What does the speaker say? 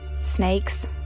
Snakes